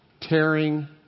tearing